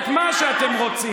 זאת לא הסתה.